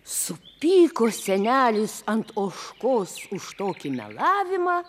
supyko senelis ant ožkos už tokį melavimą